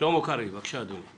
שלמה קרעי, בבקשה, אדוני.